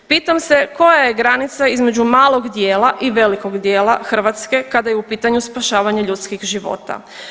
Pitam se koja je granica između malog dijela i velikog dijela Hrvatske kada je u pitanju spašavanje ljudskih života.